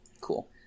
Cool